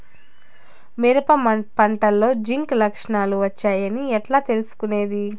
మిరప పంటలో జింక్ లక్షణాలు వచ్చాయి అని ఎట్లా తెలుసుకొనేది?